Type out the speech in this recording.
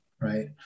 right